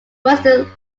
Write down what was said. western